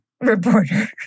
reporter